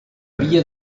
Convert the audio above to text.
havia